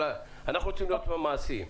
אנחנו רוצים להיות פה מעשיים.